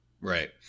Right